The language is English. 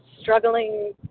struggling